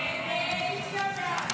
הסתייגות